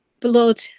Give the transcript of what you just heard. blood